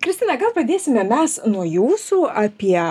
kristina gal padėsime mes nuo jūsų apie